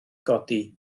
godi